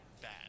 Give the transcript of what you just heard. bad